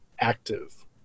Active